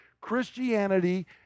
Christianity